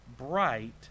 bright